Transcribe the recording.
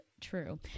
true